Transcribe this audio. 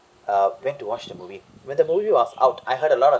uh went to watch the movie when the movie was out I heard a lot of